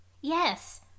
Yes